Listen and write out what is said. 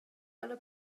alla